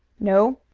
no.